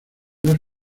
las